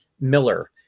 Miller